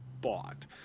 bought